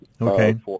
okay